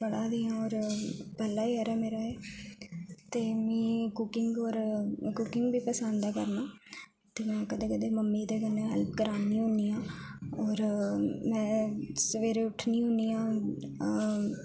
पढ़ा दी आं होर पैह्ला इयर ऐ मेरा एह् ते मी कुकिंग होर कुकिंग बी पसन्द ऐ करना ते मैं कदें कदें मम्मी दे कन्नै हेल्प करानी होन्नी आं होर मैं सबेरे उट्ठनी होन्नी आं